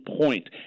point